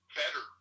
better